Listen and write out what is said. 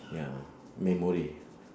ya memory